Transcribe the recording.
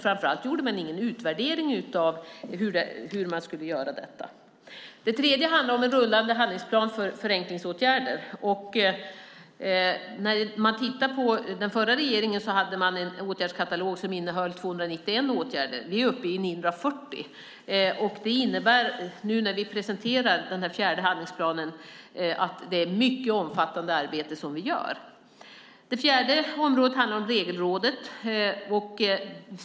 Framför allt gjorde man ingen utvärdering av hur man skulle göra detta. Den tredje delen handlar om en rullande handlingsplan för förenklingsåtgärder. Den förra regeringen hade en åtgärdskatalog som innehöll 291 åtgärder, vi är uppe i 940. Det innebär nu när vi presenterar den fjärde handlingsplanen att det är ett mycket omfattande arbete vi gör. Den fjärde delen handlar om Regelrådet.